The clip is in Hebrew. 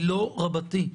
לא רבתי.